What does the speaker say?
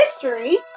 history